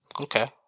Okay